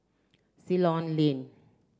Ceylon Lane